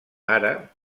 ara